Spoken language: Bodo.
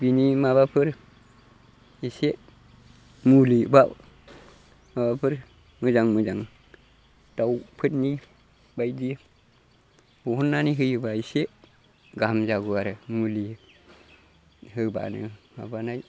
बिनि माबाफोर एसे मुलि बा माबाफोर मोजां मोजां दाउफोरनि बायदि बहननानै होयोब्ला एसे गाहाम जागौ आरो मुलि होब्लानो माबानाय